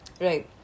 Right